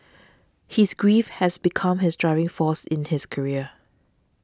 his grief has become his driving force in his career